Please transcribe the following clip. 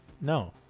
No